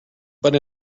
but